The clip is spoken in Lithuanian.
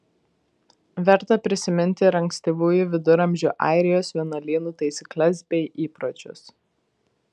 verta prisiminti ir ankstyvųjų viduramžių airijos vienuolynų taisykles bei įpročius